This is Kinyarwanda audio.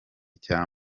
cya